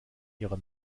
ihrer